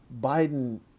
Biden